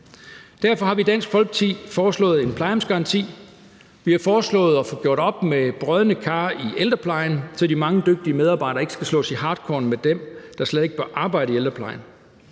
Derfor har vi i Dansk Folkeparti foreslået en plejehjemsgaranti. Vi har foreslået at få gjort op med brodne kar i ældreplejen, så de mange dygtige medarbejdere ikke skal slås i hartkorn med dem, der slet ikke bør arbejde i ældreplejen.